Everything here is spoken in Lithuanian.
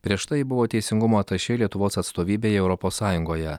prieš tai ji buvo teisingumo atašė lietuvos atstovybėje europos sąjungoje